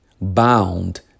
bound